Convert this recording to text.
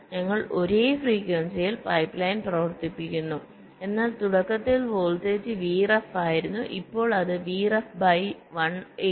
ഞങ്ങൾ ഒരേ ഫ്രീക്വൻസിയിൽ പൈപ്പ്ലൈൻ പ്രവർത്തിപ്പിക്കുന്നു എന്നാൽ തുടക്കത്തിൽ വോൾട്ടേജ് Vref ആയിരുന്നു ഇപ്പോൾ അത് V ref ബൈ 1